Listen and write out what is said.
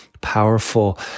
powerful